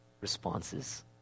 responses